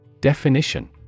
Definition